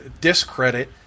discredit